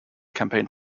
campaign